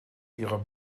ihrer